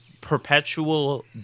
perpetual